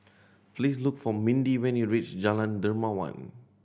please look for Mindi when you reach Jalan Dermawan